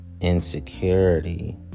insecurity